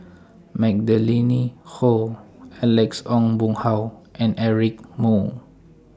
Magdalene Khoo Alex Ong Boon Hau and Eric Moo